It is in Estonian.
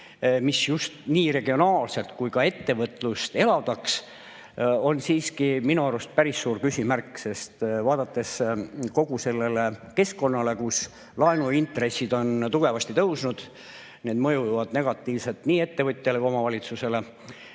just nii regionaalset [majandust] kui ka ettevõtlust [üldiselt], on siiski minu arust päris suur küsimärk. Vaadates kogu seda keskkonda, kus laenuintressid on tugevasti tõusnud – need mõjuvad negatiivselt nii ettevõtjale kui omavalitsusele